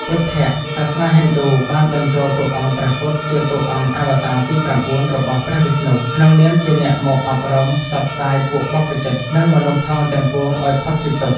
ពុទ្ធៈ សាសនាហិណ្ឌូបានបញ្ចូលតួអង្គព្រះពុទ្ធជាតួអង្គអវតារទី៩ របស់ព្រះវិស្ណុ ក្នុងនាមជាអ្នកមកអប់រំ ផ្សះផ្សារពួកបព្វជិត និងមនុស្សផងទាំងពួងឱ្យផុតពីទុក្ខ។